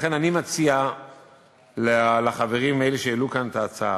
לכן אני מציע לחברים, אלה שהעלו כאן את ההצעה,